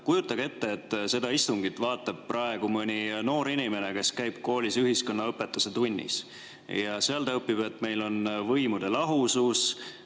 Kujutage ette, et seda istungit vaatab praegu mõni noor inimene, kes käib koolis ühiskonnaõpetuse tunnis ja seal ta õpib, et meil on võimude lahusus.